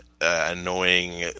annoying